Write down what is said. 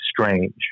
strange